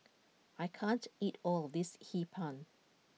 I can't eat all of this Hee Pan